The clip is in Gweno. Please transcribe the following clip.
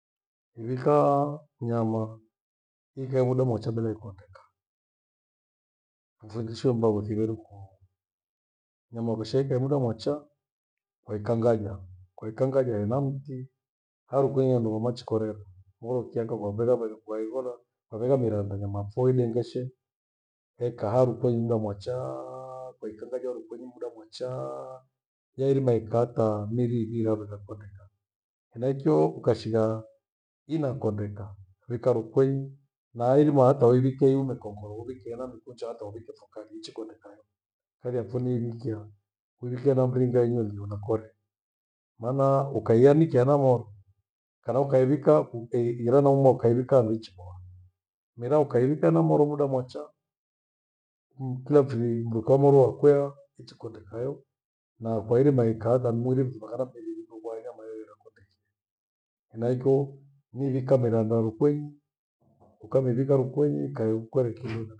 Ivika nyama, ikae muda mwacha bila ikondeka. Nfundishirwe mmbavu nthiveruko nyama ukaisha ikae muda mwacha kwaikangaja. Kwaikangaja hena mti harukwenyi handu mama aachikorera, moro ukyianga kwa vegha kwaku kwaivona kwavigha miranda nyama pho idengeshe yaikaa haya rukwenyi muda mwachaa kwaikangaja rukweni muda mwachaa yairima iikaa hata miri ivi iraru ikakondeka. Enaicho ukashigha inakondeka kuwika rukwenyi nahirima hata uivike umekongolo uwikie na mikunja hata uivike sakathi ichikondekayo kathi yapho ni niiwikia, niwikia na mringa iliunywiwe enakora. Maana ukaianikia hena moro kana ukaiwika ira nauma ukaiwika mbichiboa. Mira ukaivika hena moro muda mwacha kila mfiri induka moro wakwia ichikondekayo na kwa irima ikatha mwiri mpaka mviririko kwa nyama hirakondekia. Henaicho mivika miranda rukwenyi, ukamivika rukwenyi ukae erikwindola